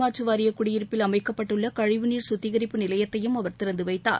மாற்றுவாரிய குடியிருப்பில் அமைக்கப்பட்டுள்ள கழிவுநீா் சுத்திகரிப்பு குடிசை ஆவடி நிலையத்தையும் அவர் திறந்து வைத்தார்